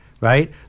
right